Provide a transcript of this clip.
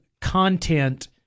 Content